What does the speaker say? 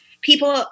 people